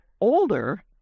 older